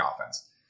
offense